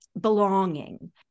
belonging